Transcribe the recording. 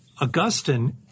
Augustine